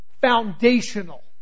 Foundational